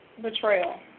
betrayal